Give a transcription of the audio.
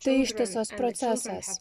tai ištisas procesas